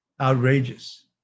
Outrageous